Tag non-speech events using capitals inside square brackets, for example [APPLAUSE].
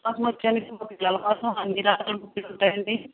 [UNINTELLIGIBLE] ఉంటాయి అండి